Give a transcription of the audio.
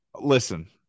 Listen